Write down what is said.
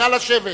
נא לשבת.